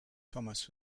thomas